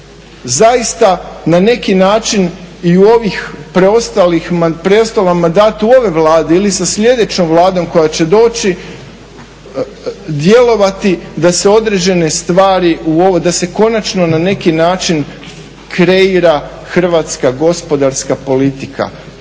zaista na neki način i u preostalom mandatu ove Vlade ili sa sljedećom vladom koja će doći, djelovati da se određene stvari, da se konačno na neki način kreira hrvatska gospodarska politika,